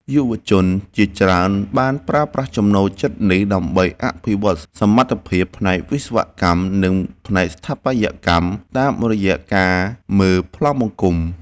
យុវជនជាច្រើនបានប្រើប្រាស់ចំណូលចិត្តនេះដើម្បីអភិវឌ្ឍសមត្ថភាពផ្នែកវិស្វកម្ម និងផ្នែកស្ថាបត្យកម្មតាមរយៈការមើលប្លង់បង្គុំ។